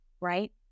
right